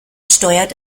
steuert